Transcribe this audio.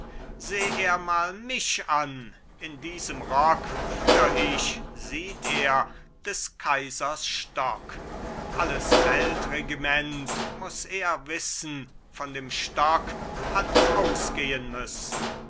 seh er mal mich an in diesem rock führ ich sieht er des kaisers stock alles weltregiment muß er wissen von dem stock hat ausgehen müssen